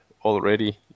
already